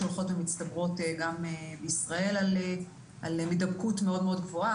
שהולכות ומצטברות גם בישראל על הידבקות מאוד-מאוד גבוהה,